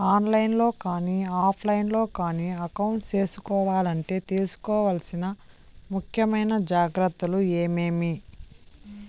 On line లో కానీ offline లో కానీ అకౌంట్ సేసుకోవాలంటే తీసుకోవాల్సిన ముఖ్యమైన జాగ్రత్తలు ఏమేమి?